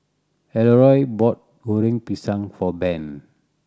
Elroy bought Goreng Pisang for Ben